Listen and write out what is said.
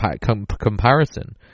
comparison